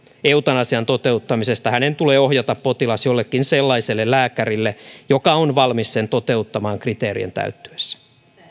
eutanasian toteuttamisesta hänen tulee ohjata potilas jollekin sellaiselle lääkärille joka on valmis sen toteuttamaan kriteerien täyttyessä